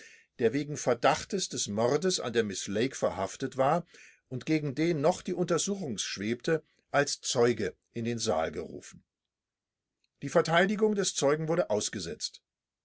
der wegen verdachts des mordes an der miß lake verhaftet war und gegen den noch die untersuchung schwebte als zeuge in den saal gerufen die vereidigung des zeugen wurde ausgesetzt